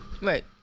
Right